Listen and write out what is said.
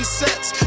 sets